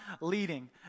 leading